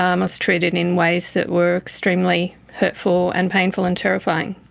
um i was treated in ways that were extremely hurtful and painful and terrifying.